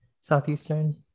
Southeastern